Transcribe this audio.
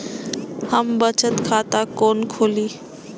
हम बचत खाता कोन खोली?